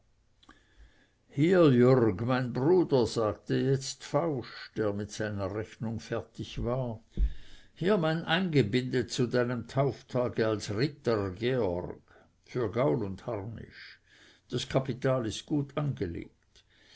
hier jürg mein bruder sagte jetzt fausch der mit seiner rechnung fertig war hier mein eingebinde zu deinem tauftage als ritter georg für gaul und harnisch das kapital ist gut angelegt